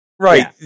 right